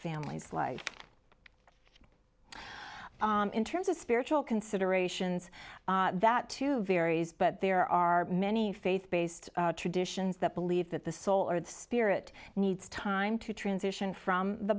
family's life in terms of spiritual considerations that too varies but there are many faith based traditions that believe that the soul or the spirit needs time to transition from the